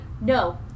no